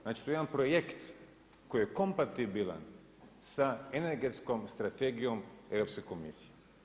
Znači, to je jedan projekt koji je kompatibilan sa Energetskom strategijom Europske komisije.